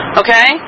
okay